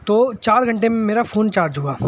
تو چار گھنٹے میں میرا فون چارج ہوا